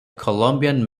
colombian